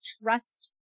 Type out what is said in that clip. Trust